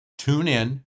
TuneIn